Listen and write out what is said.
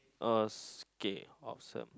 oh is K awesome